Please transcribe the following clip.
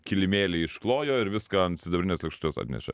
kilimėlį išklojo ir viską ant sidabrinės lėkštutės atnešė